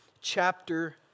chapter